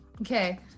Okay